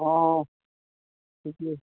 অঁ সেইটোৱে